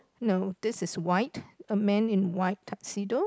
no this is white a man in white tuxedo